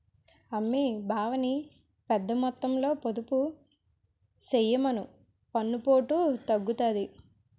అమ్మీ బావని పెద్దమొత్తంలో పొదుపు చెయ్యమను పన్నుపోటు తగ్గుతాది